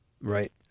right